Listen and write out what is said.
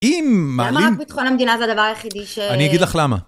אם מעלים... למה ביטחון המדינה זה הדבר היחידי ש... אני אגיד לך למה.